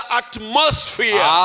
atmosphere